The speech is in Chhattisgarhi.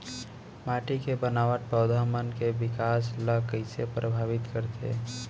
माटी के बनावट पौधा मन के बिकास ला कईसे परभावित करथे